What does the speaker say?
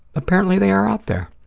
apparently they are out there.